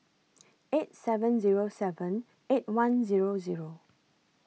eight seven Zero seven eight one Zero Zero